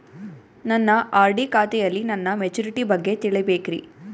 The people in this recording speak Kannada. ನನ್ನ ಆರ್.ಡಿ ಖಾತೆಯಲ್ಲಿ ನನ್ನ ಮೆಚುರಿಟಿ ಬಗ್ಗೆ ತಿಳಿಬೇಕ್ರಿ